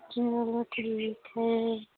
चलो ठीक है